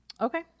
okay